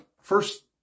first